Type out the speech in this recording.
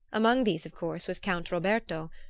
among these, of course was count roberto,